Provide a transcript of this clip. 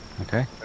Okay